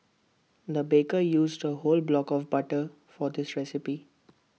the baker used A whole block of butter for this recipe